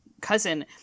cousin